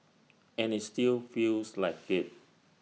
and IT still feels like IT